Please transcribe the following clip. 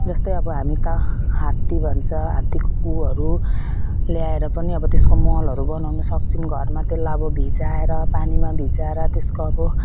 जस्तै अब हामी त हात्ती भन्छ हात्तीको गुहुहरू ल्याएर पनि अब त्यसको मलहरू बनाउनु सक्छौँ घरमा त्यसलाई अब भिजाएर पानीमा भिजाएर त्यसको अब